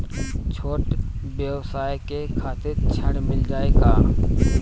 छोट ब्योसाय के खातिर ऋण मिल जाए का?